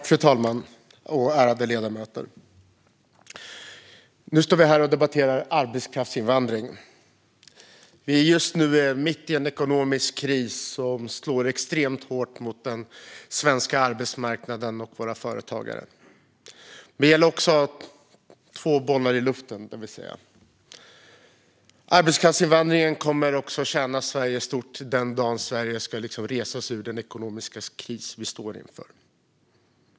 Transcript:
Fru talman! Ärade ledamöter! Nu står vi här och debatterar arbetskraftsinvandring. Vi är just nu mitt i en ekonomisk kris som slår extremt hårt mot den svenska arbetsmarknaden och våra företagare, det vill säga att det gäller att ha två bollar i luften. Arbetskraftsinvandringen kommer också att tjäna Sverige stort den dagen Sverige ska resa sig ur den ekonomiska kris vi står inför.